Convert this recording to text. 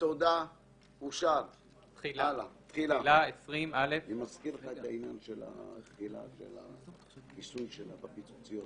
הצבעה בעד רוב נגד אין נמנעים אין סעיף 19 עם התיקון נתקבל.